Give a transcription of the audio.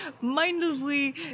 mindlessly